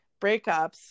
breakups